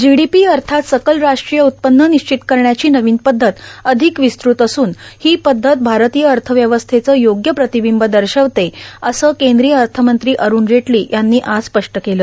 GDP अथात सकल राष्ट्रीय उत्पन्न र्मनश्चित करण्याची र्नावन पद्धत र्आधक र्यावस्तृत असून हो पद्धत भारतीय अथव्यवस्थेचं योग्य प्रार्ताबंब दशवते असं कद्रीय अथमंत्री अरुण जेटलों यांनी आज स्पष्ट केलं